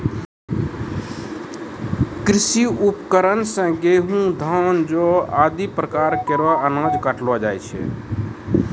कृषि उपकरण सें गेंहू, धान, जौ आदि प्रकार केरो अनाज काटलो जाय छै